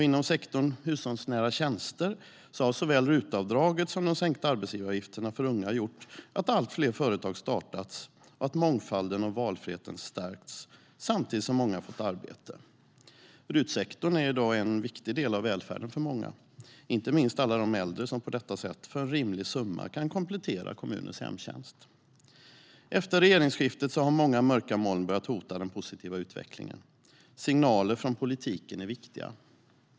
Inom sektorn hushållsnära tjänster har såväl RUT-avdraget som de sänkta arbetsgivaravgifterna för unga gjort att allt fler företag startats och att mångfalden och valfriheten stärkts, samtidigt som många har fått arbete. RUT-sektorn är i dag en viktig del av välfärden för många, inte minst alla de äldre som på detta sätt för en rimlig summa kan komplettera kommunens hemtjänst. Efter regeringsskiftet har många mörka moln börjat hota den positiva utvecklingen. Signaler från politiken är viktiga.